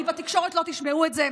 כי בתקשורת לא תשמעו את זה,